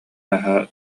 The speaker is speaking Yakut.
наһаа